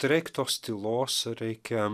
tai reik tos tylos reikia